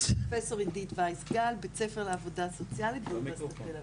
פרופסור עידית וייס גל בית ספר לעבודה סוציאלית אוניברסיטת תל אביב.